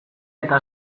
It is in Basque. eta